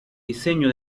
diseño